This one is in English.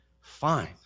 fine